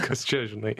kas čia žinai